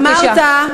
בבקשה.